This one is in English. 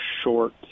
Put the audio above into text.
short